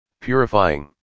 purifying